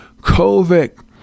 COVID